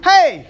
Hey